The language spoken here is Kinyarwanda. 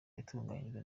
yatunganyijwe